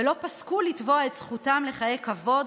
ולא פסקו לתבוע את זכותם לחיי כבוד,